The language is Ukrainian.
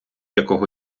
якого